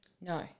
No